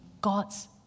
god's